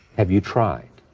have you tried?